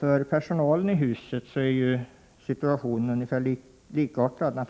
För personalen i huset är situationen naturligtvis likartad.